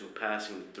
passing